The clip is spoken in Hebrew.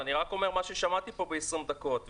אני רק אומר מה ששמעתי פה ב-20 דקות.